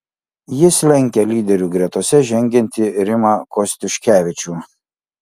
jis lenkia lyderių gretose žengiantį rimą kostiuškevičių